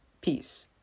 Peace